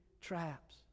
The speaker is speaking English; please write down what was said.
traps